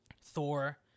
Thor